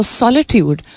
solitude